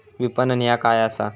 विपणन ह्या काय असा?